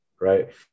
Right